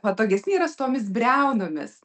patogesni yra su tomis briaunomis